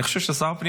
שר הפנים,